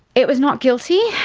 it was not guilty.